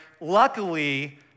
luckily